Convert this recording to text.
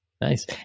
Nice